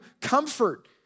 comfort